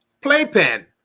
playpen